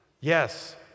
Yes